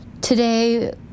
Today